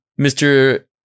Mr